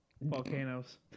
Volcanoes